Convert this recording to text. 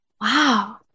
Wow